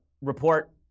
report